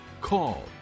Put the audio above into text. call